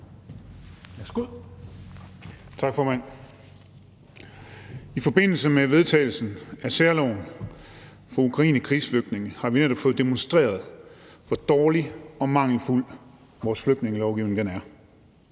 Tak, formand. I forbindelse med vedtagelsen af særloven for ukrainske krigsflygtninge har vi netop fået demonstreret, hvor dårlig og mangelfuld vores flygtningelovgivning er.